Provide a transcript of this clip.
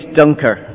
dunker